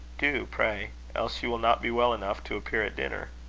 do, pray else you will not be well enough to appear at dinner.